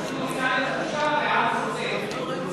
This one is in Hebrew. הוא פשוט נסע לחופשה, והעם סובל.